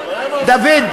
דוד,